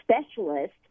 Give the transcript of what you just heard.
specialist